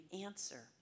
answer